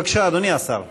בבקשה, אדוני השר.